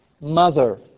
mother